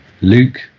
Luke